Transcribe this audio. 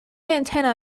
antenna